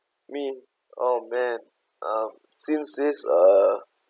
me oh man um since this uh